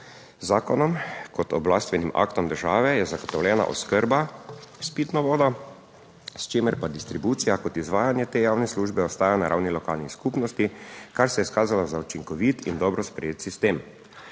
z zakonom kot oblastvenim aktom države je zagotovljena oskrba s pitno vodo, s čimer pa distribucija kot izvajanje te javne službe ostaja na ravni lokalnih skupnosti, kar se je izkazalo za učinkovit in dobro sprejet sistem.